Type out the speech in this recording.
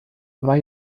war